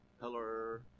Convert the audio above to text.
Hello